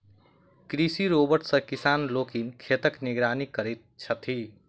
कृषि रोबोट सॅ किसान लोकनि खेतक निगरानी करैत छथि